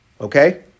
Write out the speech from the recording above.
Okay